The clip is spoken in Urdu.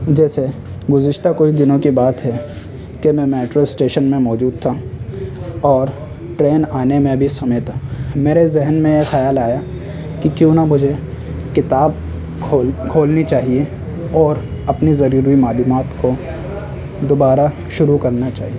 جیسے گزشتہ کچھ دنوں کی بات ہے کہ میں میٹرو اشٹیشن میں موجود تھا اور ٹرین آنے میں ابھی سمے تھا میرے ذہن میں یہ خیال آیا کہ کیوں نہ مجھے کتاب کھول کھولنی چاہیے اور اپنی ضروری معلومات کو دوبارہ شروع کرنا چاہیے